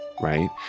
Right